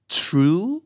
true